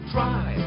Try